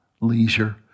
leisure